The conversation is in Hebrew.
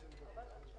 ובלי קשר לזה,